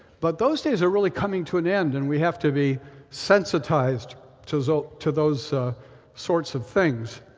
but those days are really coming to an end, and we have to be sensitized to so to those sorts of things.